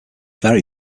very